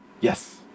Yes